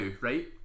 right